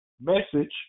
message